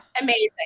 amazing